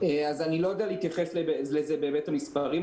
אני לא יודע להתייחס לזה בהיבט המספרים,